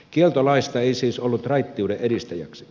kieltolaista ei siis ollut raittiuden edistäjäksi